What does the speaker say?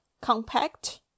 compact